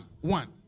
one